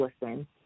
listen